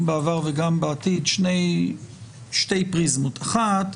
בעבר וגם בעתיד שתי פריזמות: אחת,